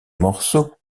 morceaux